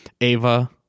ava